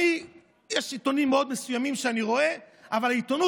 אבל תדע שאנחנו רואים בך אחראי ישיר